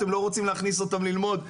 אתם לא רוצים להכניס אותם ללמוד,